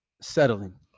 Settling